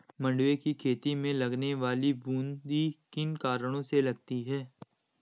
मंडुवे की खेती में लगने वाली बूंदी किन कारणों से लगती है?